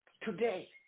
today